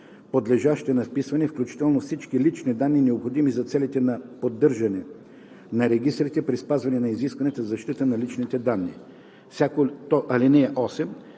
подлежащи на вписване, включително всички лични данни, необходими за целите на поддържане на регистрите при спазване на изискванията за защита на личните данни. (8)